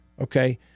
Okay